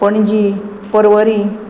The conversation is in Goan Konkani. पणजी पर्वरी